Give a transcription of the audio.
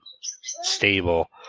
stable